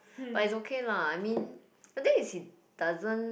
but it's okay lah I mean the thing is he doesn't